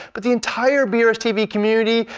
but the entire brstv community,